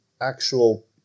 actual